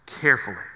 carefully